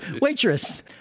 Waitress